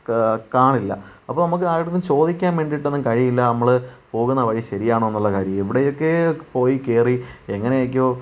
അവിടെ കാണില്ല അപ്പോൾ നമുക്ക് ആരോടും ചോദിക്കാൻ വേണ്ടിട്ടൊന്നും കഴിയില്ല നമ്മൾ പോകുന്ന വഴി ശരിയാണോന്നുള്ളത് എവിടെയൊക്കെയോ പോയി കയറി എങ്ങനെയൊക്കെയോ